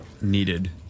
needed